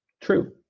true